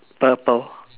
purple